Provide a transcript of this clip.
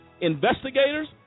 investigators